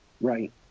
right